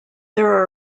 there